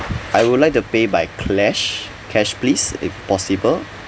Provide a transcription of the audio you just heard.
I would like the pay by clash cash please if possible